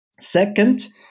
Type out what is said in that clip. Second